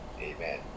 Amen